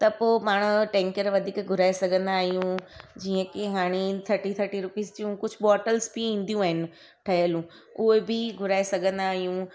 त पोइ पाण टैंकर वधीक घुराए सघंदा आहियूं जीअं की हाणे थर्टी थर्टी रुपीस जियूं कुझु बोटल्स बि ईंदियूं आहिनि ठहलियूं उहे बि घुराए सघंदा आहियूं